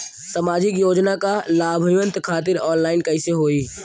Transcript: सामाजिक योजना क लाभान्वित खातिर ऑनलाइन कईसे होई?